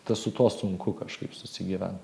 tas su tuo sunku kažkaip susigyvent